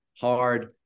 hard